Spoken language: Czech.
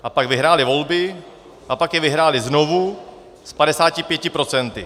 A pak vyhráli volby a pak je vyhráli znovu s 55 %.